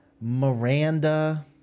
Miranda